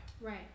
Right